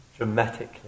dramatically